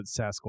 Sasquatch